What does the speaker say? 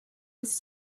its